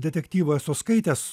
detektyvų esu skaitęs